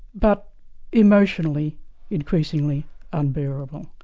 but emotionally increasingly unbearable,